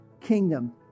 kingdom